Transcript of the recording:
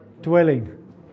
dwelling